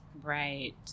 Right